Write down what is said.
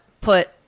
put